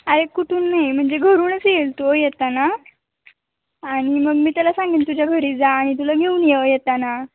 अरे कुठून नाही म्हणजे घरूनच येईल तो येताना आणि मग मी त्याला सांगेन तुझ्या घरी जा आणि तुला घेऊन ये येताना